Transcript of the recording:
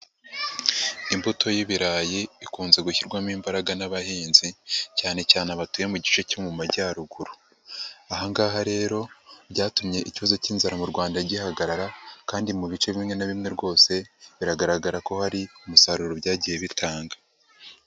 Imbuto y'ibirayi ikunze gushyirwamo imbaraga n'abahinzi cyane cyane batuye mu gice cyo mu majyaruguru. Aha ngaha rero byatumye ikibazo cy'inzara mu Rwanda gihagarara kandi mu bice bimwe na bimwe rwose, biragaragara ko hari umusaruro byagiye bitanga.